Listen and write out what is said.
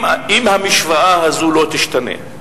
אם המשוואה הזאת לא תשתנה,